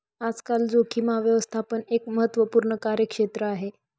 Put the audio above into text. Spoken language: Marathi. आजकाल जोखीम व्यवस्थापन एक महत्त्वपूर्ण कार्यक्षेत्र आहे